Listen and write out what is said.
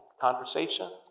Conversations